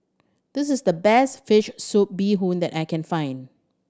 this is the best fish soup bee hoon that I can find